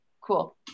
cool